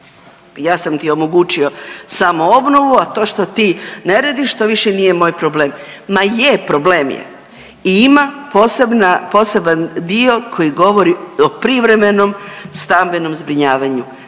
ja sam ti omogućio samoobnovu, a to što ti ne radiš, to više nije moj problem. Ma ne, problem je i ima posebna, poseban dio koji govori o privremenom stambenom zbrinjavanju.